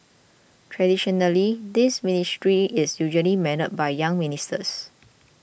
traditionally this ministry is usually manned by younger ministers